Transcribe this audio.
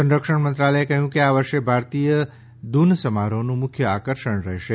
સંરક્ષણ મંત્રાલયે કહ્યું કે આ વર્ષે ભારતીય ધૂન સમારોહનું મુખ્ય આકર્ષણ રહેશે